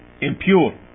impure